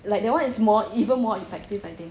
like that one is more even more effective I think